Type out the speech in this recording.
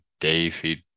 David